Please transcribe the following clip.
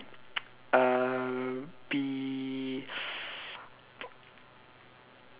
uh be